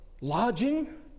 lodging